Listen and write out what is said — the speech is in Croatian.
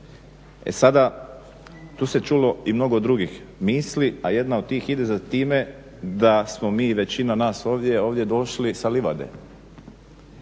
E sada, tu se čulo i mnogo drugih misli, a jedna od tih ide za time da smo mi, većina nas ovdje, ovdje došli sa livade.